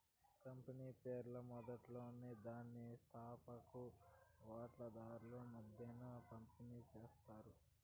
company షేర్లు మొదట్లోనే దాని స్తాపకులు వాటాదార్ల మద్దేన పంపిణీ చేస్తారు